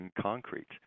concrete